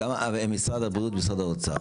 כמה, משרד הבריאות ומשרד האוצר,